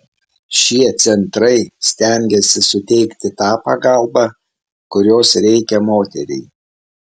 šie centrai stengiasi suteikti tą pagalbą kurios reikia moteriai